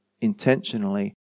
intentionally